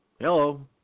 hello